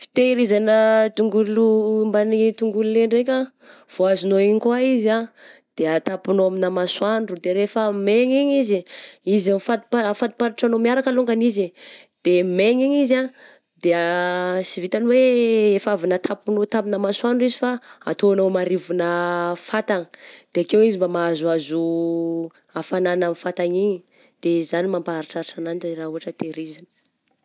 Fitehirizagna tongolo mbamin'ny tongolo lay ndraika, vô azonao igny koa izy ah, de atapinao amigna masoandro, de rehefa maigna igny izy, izy mifampa-afatopatotrao miaraka longany izy, de maigna igny izy ah de sy vitan'ny hoe efa avy natapinao tamigna masoandro izy fa ataonao marivo na fatagna, de akeo izy mba mahazohazo hafanagna amin'ny fatagna igny, de zany mampaharitraritra ananjy eh raha ohatra tehirizigna.